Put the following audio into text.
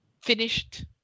finished